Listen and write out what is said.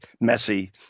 messy